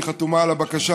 היא חתומה על הבקשה,